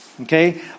okay